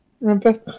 Remember